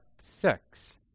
six